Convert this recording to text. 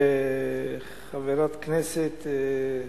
וחברת כנסת,